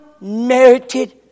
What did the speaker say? Merited